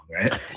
right